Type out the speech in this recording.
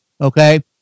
Okay